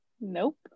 Nope